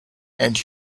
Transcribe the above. and